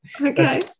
Okay